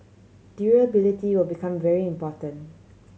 durability will become very important